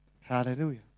Hallelujah